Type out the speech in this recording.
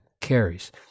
carries